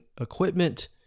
equipment